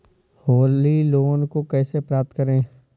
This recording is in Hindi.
होली लोन को कैसे प्राप्त करें?